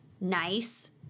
nice